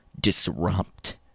disrupt